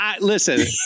Listen